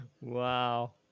wow